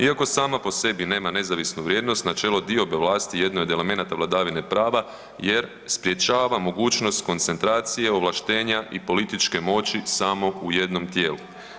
Iako sama po sebi nema nezavisnu vrijednost načelo diobe vlasti jedno je od elemenata vladavine prava jer sprječava mogućnost koncentracije ovlaštenja i političke moći samo u jednom tijelu.